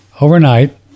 Overnight